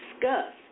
discuss